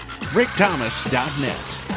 RickThomas.net